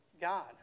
God